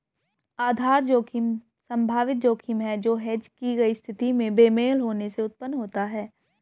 आधार जोखिम संभावित जोखिम है जो हेज की गई स्थिति में बेमेल होने से उत्पन्न होता है